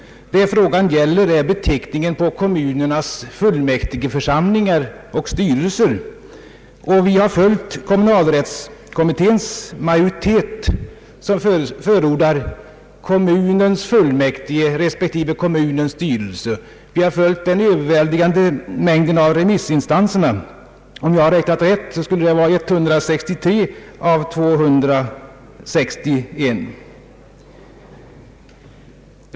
Vad frågan gäller är beteckningen på kommunernas fullmäktigeförsamlingar och styrelser. Reservanterna har följt kommunalrättskommitténs majoritet, som förordar beteckningen kommunens fullmäktige respektive kommunens styrelse. Vi har följt den överväldigande mängden av remissinstanserna — om jag räknat rätt är det 183 av 261.